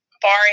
barring